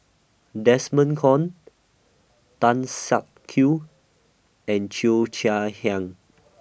Desmond Kon Tan Siak Kew and Cheo Chai Hiang